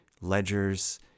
ledgers